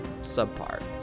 subpar